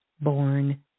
Born